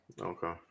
Okay